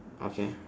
okay